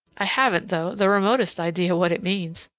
i haven't, though, the remotest idea what it means.